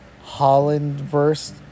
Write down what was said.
Holland-verse